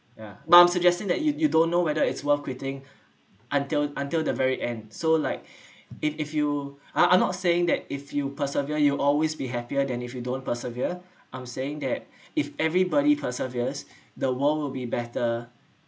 yeah I'm suggesting that you you don't know whether it's worth quitting until until the very end so like if if you I'm I'm are not saying that if you persevere you always be happier than if you don't persevere I'm saying that if everybody perseveres the world will be better